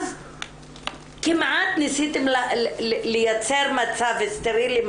כמעט ניסיתם לייצר מצב סטרילי,